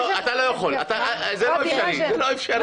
אתה לא יכול, זה לא אפשרי.